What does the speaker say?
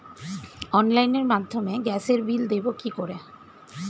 অনলাইনের মাধ্যমে গ্যাসের বিল দেবো কি করে?